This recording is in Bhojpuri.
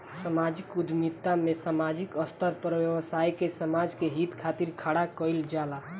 सामाजिक उद्यमिता में सामाजिक स्तर पर व्यवसाय के समाज के हित खातिर खड़ा कईल जाला